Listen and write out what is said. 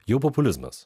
jau populizmas